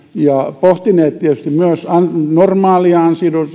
ja pohtineet tietysti myös normaalia